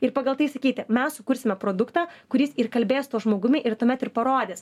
ir pagal tai sakyti mes sukursime produktą kuris ir kalbės su tuo žmogumi ir tuomet ir parodys